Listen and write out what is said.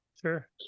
Sure